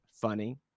funny